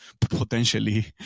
potentially